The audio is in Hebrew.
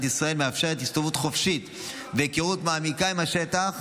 ישראל מאפשרת הסתובבות חופשית והיכרות מעמיקה עם השטח,